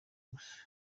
gusa